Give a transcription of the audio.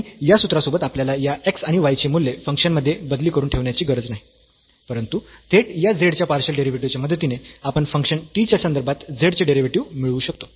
आणि या सूत्रासोबत आपल्याला या x आणि y ची मूल्ये फंक्शन मध्ये बदली करून ठेवण्याची गरज नाही परंतु थेट या z च्या पार्शियल डेरिव्हेटिव्हच्या मदतीने आपण फंक्शन t च्या संदर्भात z चे डेरिव्हेटिव्ह मिळवू शकतो